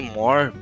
more